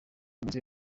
ameze